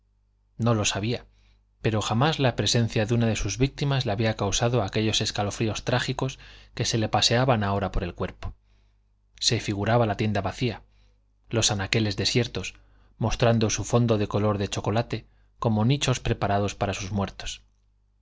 no lo sabía pero jamás la presencia de una de sus víctimas le había causado aquellos escalofríos trágicos que se le paseaban ahora por el cuerpo se figuraba la tienda vacía los anaqueles desiertos mostrando su fondo de color de chocolate como nichos preparados para sus muertos